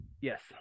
yes